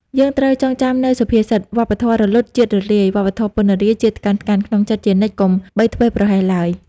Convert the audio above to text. យើងត្រូវចងចាំនូវសុភាសិត «វប្បធម៌រលត់ ជាតិរលាយ វប្បធម៌ពណ្ណរាយ ជាតិថ្កើងថ្កាន» ក្នុងចិត្តជានិច្ចកុំបីធ្វេសប្រហែសឡើយ។